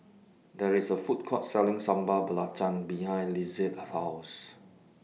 There IS A Food Court Selling Sambal Belacan behind Lizette's House